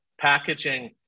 Packaging